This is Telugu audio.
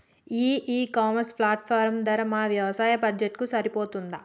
ఈ ఇ కామర్స్ ప్లాట్ఫారం ధర మా వ్యవసాయ బడ్జెట్ కు సరిపోతుందా?